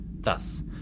Thus